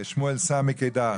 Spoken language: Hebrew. שמואל סמי קידר.